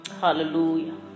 Hallelujah